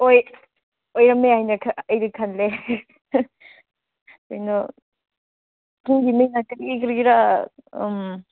ꯑꯣꯏꯔꯃꯃꯦ ꯍꯥꯏꯅ ꯑꯩꯗꯤ ꯈꯜꯂꯦ ꯀꯩꯅꯣ ꯈꯨꯟꯒꯤ ꯃꯤꯅ ꯀꯔꯤ ꯀꯔꯤꯔ ꯎꯝ